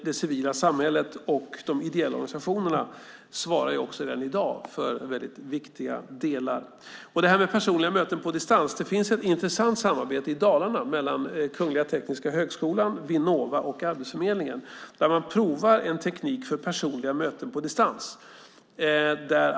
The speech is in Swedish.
Det civila samhället och de ideella organisationerna svarar också redan i dag för viktiga delar. När det gäller personliga möten på distans finns ett intressant samarbete i Dalarna mellan Kungliga Tekniska högskolan, Vinnova och Arbetsförmedlingen där man provar en teknik för detta.